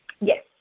Yes